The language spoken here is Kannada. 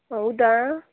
ಹೌದಾ